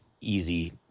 easy